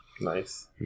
Nice